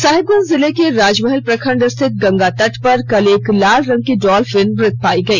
साहिबगंज जिले के राजमहल प्रखंड स्थित गंगा तट पर कल एक लाल रंग की डॉल्फिन मृत पाई गई